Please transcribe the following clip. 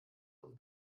und